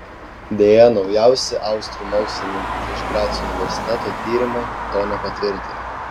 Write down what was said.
deja naujausi austrų mokslininkų iš graco universiteto tyrimai to nepatvirtino